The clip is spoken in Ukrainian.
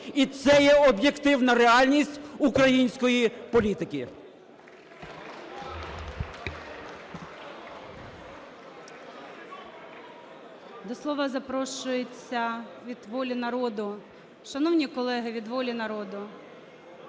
І це є об'єктивна реальність української політики.